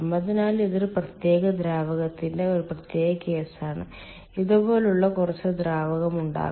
അതിനാൽ ഇത് ഒരു പ്രത്യേക ദ്രാവകത്തിന്റെ ഒരു പ്രത്യേക കേസാണ് ഇതുപോലുള്ള കുറച്ച് ദ്രാവകം ഉണ്ടാകാം